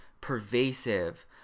pervasive